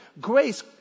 Grace